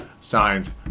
signs